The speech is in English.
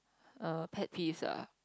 err pet peeves ah